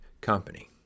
company